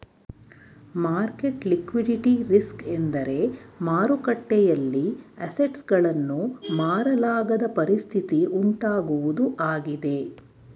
market liquidity risk ಎಂದರೆ ಮಾರುಕಟ್ಟೆಯಲ್ಲಿ assets ಗಳನ್ನು ಮಾರಲಾಗದ ಪರಿಸ್ಥಿತಿ ಉಂಟಾಗುವುದು ಆಗಿದೆ